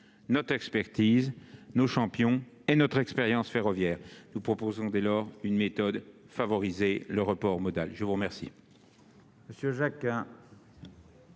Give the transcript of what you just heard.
notre expertise, nos champions et notre expérience ferroviaire. Nous proposons, dès lors, une méthode : favoriser le report modal. La parole